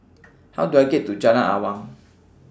How Do I get to Jalan Awang